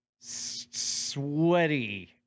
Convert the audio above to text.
sweaty